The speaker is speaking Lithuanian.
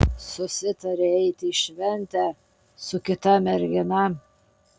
susitarei eiti į šventę su kita mergina